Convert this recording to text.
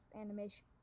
animation